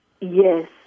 Yes